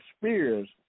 spears